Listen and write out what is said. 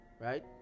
right